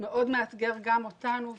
מאוד מאתגר גם אותנו,